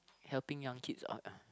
helping young kids uh uh